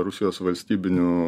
rusijos valstybinių